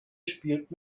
spielt